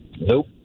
Nope